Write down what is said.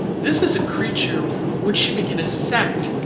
this is a creature, would she begin a sect,